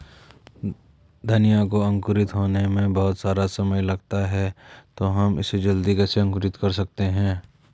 धनिया को अंकुरित होने में बहुत समय लगता है तो हम इसे जल्दी कैसे अंकुरित कर सकते हैं?